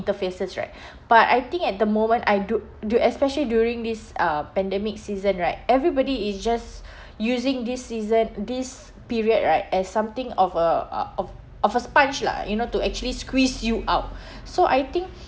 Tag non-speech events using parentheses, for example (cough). interfaces right but I think at the moment I do du~ especially during this uh pandemic season right everybody is just using this season this period right as something of a uh of of a sponge lah you know to actually squeeze you out (breath) so I think